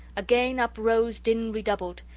again uprose din redoubled.